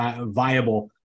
viable